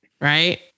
Right